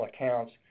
accounts